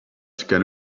can